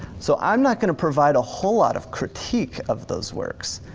so i'm not gonna provide a whole lot of critique of those works.